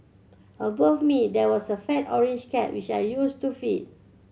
above me there was a fat orange cat which I used to feed